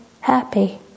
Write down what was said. happy